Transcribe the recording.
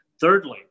Thirdly